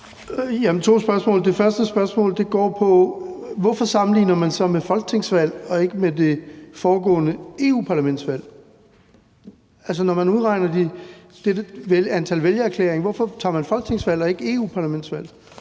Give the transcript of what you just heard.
Det første spørgsmål går på: Hvorfor sammenligner man med folketingsvalg og ikke med det foregående EU-parlamentsvalg? Altså, når man udregner det antal vælgererklæringer, hvorfor tager man så folketingsvalg og ikke EU-parlamentsvalg?